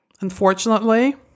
unfortunately